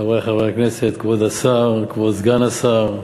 חברי חברי הכנסת, כבוד השר, כבוד סגן השר,